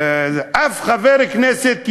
אף חבר כנסת יהודי,